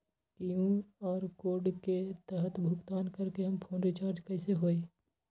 QR code के तहद भुगतान करके हम फोन रिचार्ज कैसे होई?